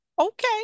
Okay